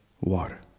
water